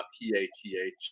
P-A-T-H